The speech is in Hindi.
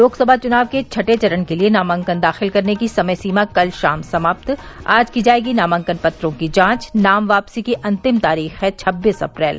लोकसभा चुनाव के छठें चरण के लिये नामांकन दाखिल करने की समय सीमा कल शाम समाप्त आज की जायेगी नामांकन पत्रों की जांच नाम वापसी की अंतिम तारीख है छब्बीस अप्रैल